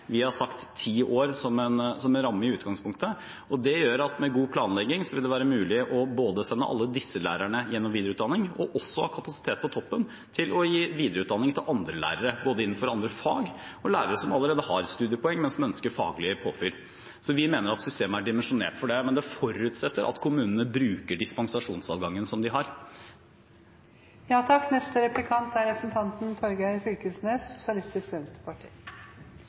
Vi har sagt ti år som en ramme i utgangspunktet, og det gjør at med god planlegging vil det være mulig både å sende alle disse lærerne gjennom videreutdanning og å ha kapasitet på toppen til å gi videreutdanning til andre lærere, både innenfor andre fag og til lærere som allerede har studiepoeng, men som ønsker faglig påfyll. Så vi mener at systemet er dimensjonert for det. Men det forutsetter at kommunene bruker dispensasjonsadgangen som de har.